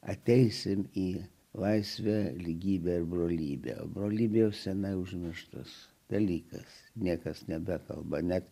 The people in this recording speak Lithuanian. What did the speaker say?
ateisim į laisvę lygybę ir brolybę o brolybė jau senai užmirštas dalykas niekas nebekalba net